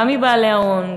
גם מבעלי ההון,